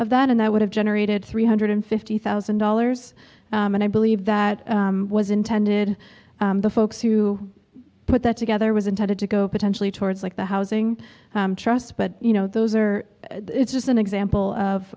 of that and that would have generated three hundred fifty thousand dollars and i believe that was intended the folks who put that together was intended to go potentially towards like the housing trust but you know those are just an example of